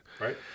Right